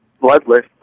bloodless